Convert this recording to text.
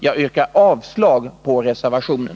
Jag yrkar avslag på reservationen.